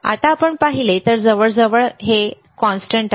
आपण आता पाहिले तर जवळजवळ स्थिर आहे बरोबर